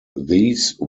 these